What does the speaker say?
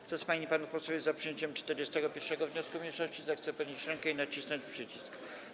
Kto z pań i panów posłów jest za przyjęciem 41. wniosku mniejszości, zechce podnieść rękę i nacisnąć przycisk.